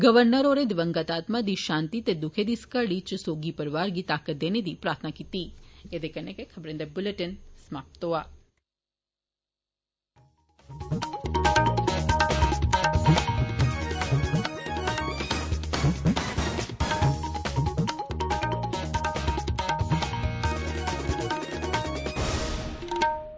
governor होरे दिवंगत आत्मा दी शांति ते दुक्खै दी इस घड़ी च सोगी परोआरै गी ताकत देने दी प्रार्थना कीती ऐ